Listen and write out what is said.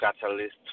catalyst